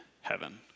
heaven